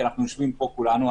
כי אנחנו יושבים פה כולנו,